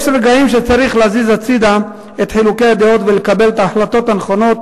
יש רגעים שצריך להזיז הצדה את חילוקי הדעות ולקבל את ההחלטות הנכונות,